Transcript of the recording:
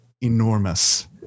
enormous